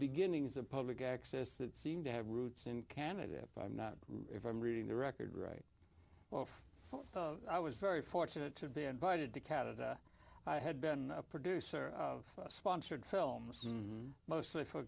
beginnings of public access that seemed to have roots in canada if i'm not if i'm reading the record right i was very fortunate to be invited to cat and i had been a producer of sponsored films mostly for